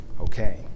Okay